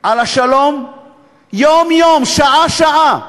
על השלום יום-יום, שעה-שעה.